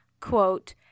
Quote